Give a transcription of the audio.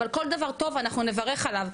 אבל כל דבר טוב אנחנו נברך עליו,